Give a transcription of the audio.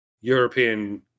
European